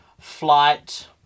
flight